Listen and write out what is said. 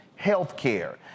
healthcare